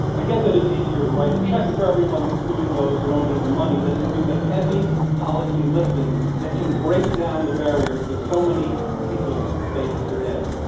i get that it's easier to write a check for everyone, including those who don't need the money, than to do the heavy policy lifting that can break down the barriers that so many people face today.